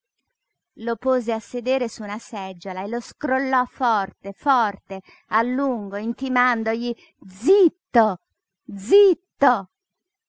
lo pose a sedere su una seggiola e lo scrollò forte forte a lungo intimandogli zitto zitto